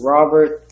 Robert